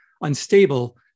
unstable